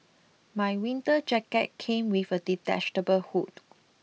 my winter jacket came with a detachable hood